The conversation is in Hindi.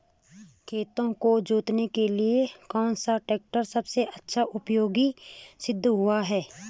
खेतों को जोतने के लिए कौन सा टैक्टर सबसे अच्छा उपयोगी सिद्ध हुआ है?